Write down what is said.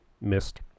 missed